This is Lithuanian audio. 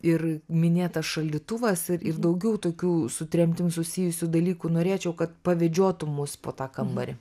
ir minėtas šaldytuvas ir ir daugiau tokių su tremtim susijusių dalykų norėčiau kad pavedžiotum mus po tą kambarį